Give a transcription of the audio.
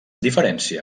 diferència